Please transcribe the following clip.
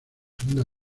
segunda